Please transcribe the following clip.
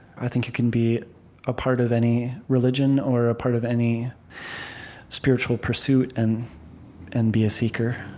i think you can be a part of any religion or a part of any spiritual pursuit and and be a seeker.